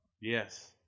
Yes